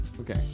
okay